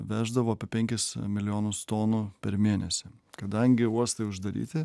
veždavo apie penkis milijonus tonų per mėnesį kadangi uostai uždaryti